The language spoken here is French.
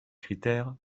critères